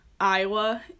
Iowa